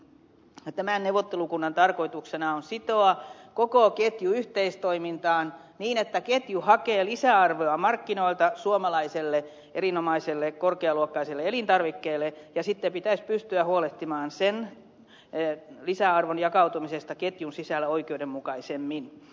tämän neuvottelukunnan tarkoituksena on sitoa koko ketju yhteistoimintaan niin että ketju hakee lisäarvoa markkinoilta suomalaiselle erinomaiselle korkealuokkaiselle elintarvikkeelle ja sitten pitäisi pystyä huolehtimaan sen lisäarvon jakautumisesta ketjun sisällä oikeudenmukaisemmin